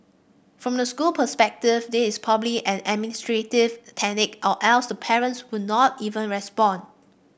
from the school perspective this is probably an administrative tactic or else the parents would not even respond